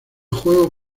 juego